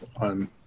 on